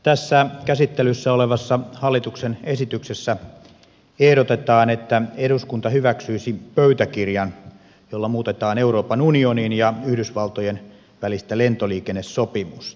tässä käsittelyssä olevassa hallituksen esityksessä ehdotetaan että eduskunta hyväksyisi pöytäkirjan jolla muutetaan euroopan unionin ja yhdysvaltojen välistä lentoliikennesopimusta